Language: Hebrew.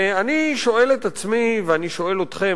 אני שואל את עצמי ואני שואל אתכם,